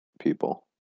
people